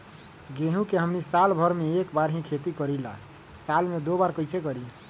गेंहू के हमनी साल भर मे एक बार ही खेती करीला साल में दो बार कैसे करी?